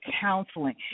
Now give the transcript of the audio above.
counseling